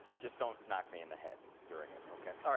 just don't knock me in the head during it, ok? ah